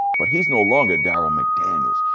but he's no longer darryl mcdaniels,